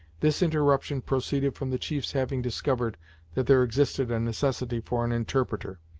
this interruption proceeded from the chief's having discovered that there existed a necessity for an interpreter,